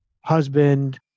husband